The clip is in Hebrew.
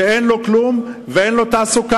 שאין לו כלום, ואין לו תעסוקה,